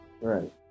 Right